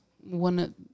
one